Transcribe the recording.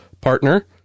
partner